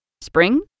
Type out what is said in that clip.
Spring